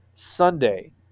Sunday